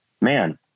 Man